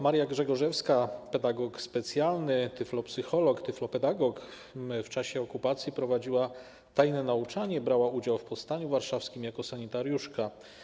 Maria Grzegorzewska, pedagog specjalny, tyflopsycholog, tyflopedagog, w czasie okupacji prowadziła tajne nauczanie i brała udział w powstaniu warszawskim jako sanitariuszka.